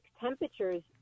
temperatures